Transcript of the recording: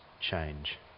change